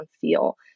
feel